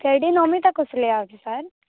ସେଇଠି ନମିତା କୁସଲେଆ ଅଛି ସାର୍